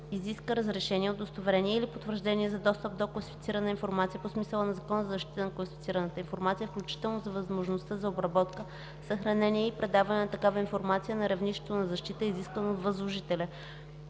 3. разрешение, удостоверение или потвърждение за достъп до класифицирана информация по смисъла на Закона за защита на класифицираната информация, включително за възможността за обработка, съхранение и предаване на такава информация на равнището на защита, изисквано от възложителя